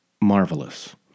marvelous